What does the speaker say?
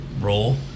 role